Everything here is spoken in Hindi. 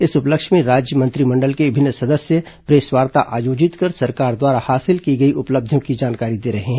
इस उपलक्ष्य में राज्य मंत्रिमंडल के विभिन्न सदस्य प्रेसवार्ता आयोजित कर सरकार द्वारा हासिल की गई उपलब्धियों की जानकारी दे रहे हैं